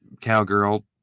cowgirl